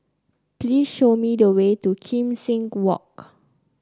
please show me the way to Kim Seng Walk